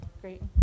Great